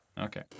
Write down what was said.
Okay